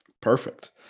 Perfect